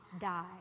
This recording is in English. die